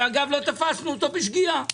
שאגב לא תפסנו אותו בשגיאה.